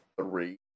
three